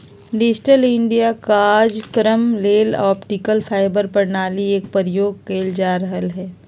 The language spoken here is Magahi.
डिजिटल इंडिया काजक्रम लेल ऑप्टिकल फाइबर प्रणाली एक प्रयोग कएल जा रहल हइ